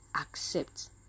accept